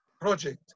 project